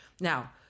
Now